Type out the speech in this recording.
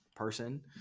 person